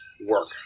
work